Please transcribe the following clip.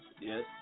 yes